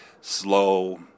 slow